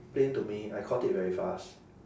~plain to me I caught it very fast